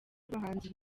abahanzi